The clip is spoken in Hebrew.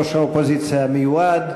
ראש האופוזיציה המיועד.